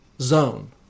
zone